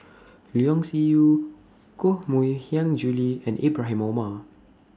Leong Yee Soo Koh Mui Hiang Julie and Ibrahim Omar